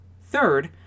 Third